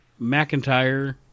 McIntyre